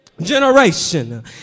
Generation